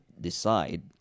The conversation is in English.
decide